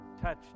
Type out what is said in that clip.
touch